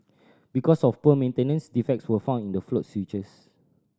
because of poor maintenance defects were found in the float switches